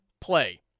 play